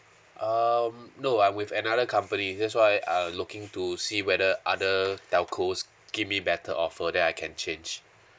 um no I'm with another company that's why I'm looking to see whether other TELCOs give me better offer then I can change